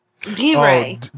D-Ray